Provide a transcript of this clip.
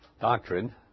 doctrine